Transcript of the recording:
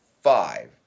five